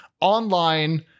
online